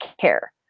care